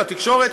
של התקשורת,